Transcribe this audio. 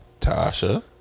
Tasha